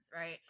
Right